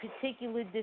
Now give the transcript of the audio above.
particular